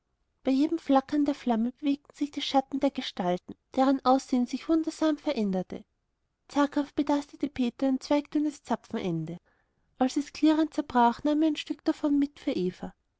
bei jedem flackern der flamme bewegten sich die schatten der gestalten deren aussehen sich wundersam veränderte zaghaft betastete peter ein zweigdünnes zapfenende als es klirrend zerbrach nahm er ein stück davon mit für eva